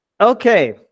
Okay